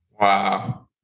Wow